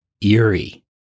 eerie